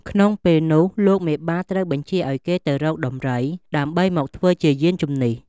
ក្នុងពេលនោះ លោកមេបាត្រូវបញ្ជាឲ្យគេទៅរកដំរី ដើម្បីមកធ្វើជាយានជំនិះ។